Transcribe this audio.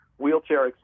wheelchair